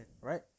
Right